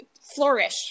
flourish